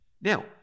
Now